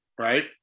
right